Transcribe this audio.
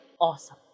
awesome